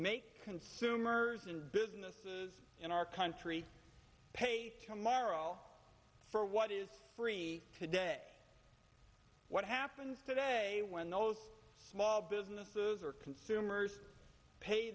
make consumers and businesses in our country pays tomorrow for what is free today what happens today when those small businesses are consumers pay